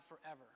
forever